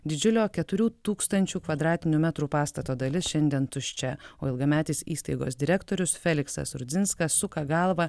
didžiulio keturių tūkstančių kvadratinių metrų pastato dalis šiandien tuščia o ilgametis įstaigos direktorius feliksas rudzinskas suka galvą